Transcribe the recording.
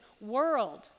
world